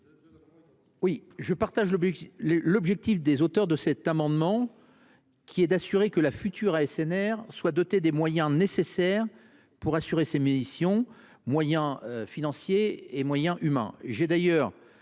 ? Je partage l’objectif des auteurs de cet amendement, qui est de garantir que la future ASNR soit dotée des moyens nécessaires pour assurer ses missions, qu’ils soient financiers ou humains.